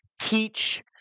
teach